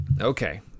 okay